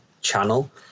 channel